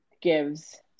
gives